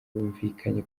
bumvikanye